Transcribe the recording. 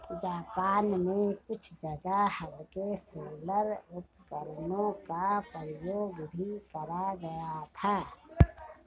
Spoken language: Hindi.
जापान में कुछ जगह हल्के सोलर उपकरणों का प्रयोग भी करा गया था